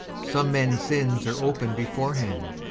some men's sins are open beforehand,